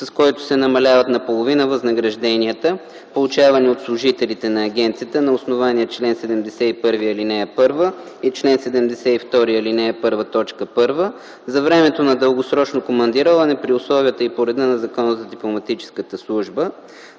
с който се намаляват наполовина възнагражденията, получавани от служителите на агенцията на основание чл. 71, ал. 1 и чл. 72, ал. 1, т. 1, за времето на дългосрочно командироване при условията и по реда на Закона за дипломатическата служба.